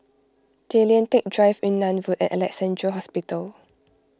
Tay Lian Teck Drive Yunnan Road and Alexandra Hospital